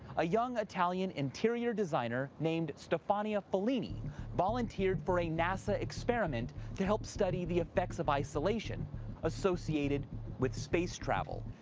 a young italian interior designer named stefania follini volunteered for a nasa experiment to help study the effects of isolation associated with space travel.